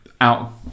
Out